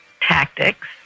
tactics